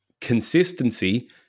consistency